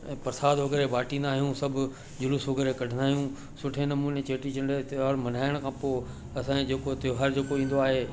ऐं परसाद वग़ैरह बांटींदा आहियूं ऐं सभु जुलूस वग़ैरह कढंदा आहियूं सुठे नमूने चेटीचंड जो त्योहारु मल्हाइण खां पोइ असांजो जेको त्योहारु जेको ईंदो आहे